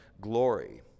glory